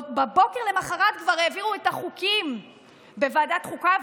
בבוקר שלמוחרת כבר העבירו את החוקים בוועדת חוקה,